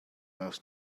loves